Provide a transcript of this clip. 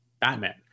Batman